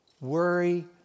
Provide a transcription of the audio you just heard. worry